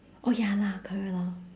oh ya lah correct lor